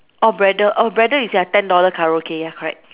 orh Braddell oh Braddell is their ten dollar karaoke ya correct